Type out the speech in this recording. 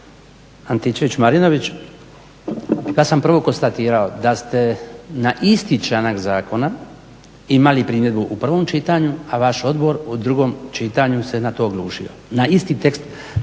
Antičević-Marinović kad sam prvo konstatirao da ste na isti članak zakona imali primjedbu u prvom čitanju, a vaš odgovor u drugom čitanju se na to oglušio, na isti tekst